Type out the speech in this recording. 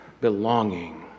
belonging